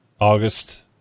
august